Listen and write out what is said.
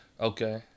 Okay